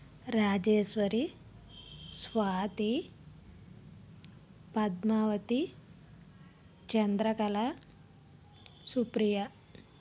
Rajeshwari Swathi Padmavathi Chandrakala Supriya